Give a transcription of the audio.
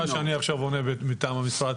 סליחה שאני עכשיו עונה מטעם המשרד.